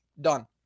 done